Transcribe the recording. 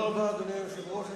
אדוני היושב-ראש,